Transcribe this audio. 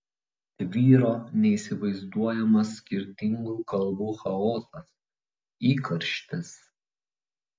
tvyro neįsivaizduojamas skirtingų kalbų chaosas įkarštis